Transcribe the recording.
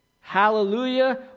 Hallelujah